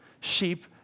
Sheep